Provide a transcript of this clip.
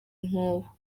inkoho